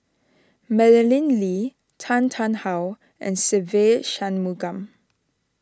Madeleine Lee Tan Tarn How and Se Ve Shanmugam